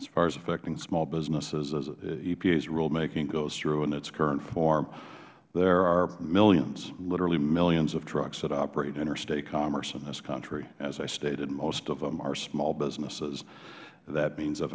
as far as affecting small businesses if epa's rulemaking goes through in its current form there are millions literally millions of trucks that operate interstate commerce in this country as i stated most of them are small businesses that means